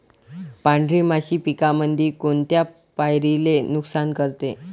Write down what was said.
पांढरी माशी पिकामंदी कोनत्या पायरीले नुकसान करते?